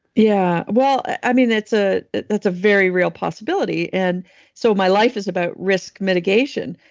yeah. well, i mean, that's ah that's a very real possibility, and so my life is about risk mitigation,